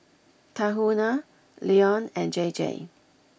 Tahuna Lion and J J